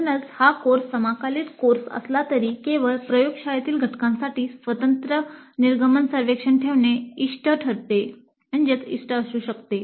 म्हणूनच हा कोर्स समाकलित कोर्स असला तरीही केवळ प्रयोगशाळेतील घटकांसाठी स्वतंत्र निर्गमन सर्वेक्षण ठेवणे इष्ट असू शकते